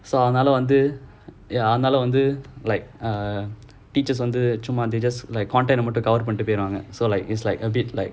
so அதுனால வந்து அதுனால வந்து:athunaala vanthu athunaala vanthu like uh uh teachers வந்து:vanthu content மட்டும்:mattum cover பண்ணிட்டு போயிடுவாங்க:pannittu poiduvaanga so like it's like a bit like